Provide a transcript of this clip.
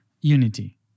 unity